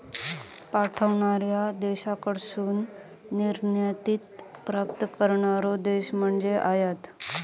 पाठवणार्या देशाकडसून निर्यातीत प्राप्त करणारो देश म्हणजे आयात